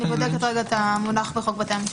אני בודקת את המונח בחוק בתי המשפט.